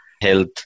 health